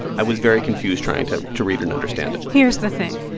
i was very confused trying to to read and understand it here's the thing.